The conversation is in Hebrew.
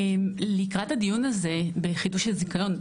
לקראת הדיון בחידוש הזיכיון,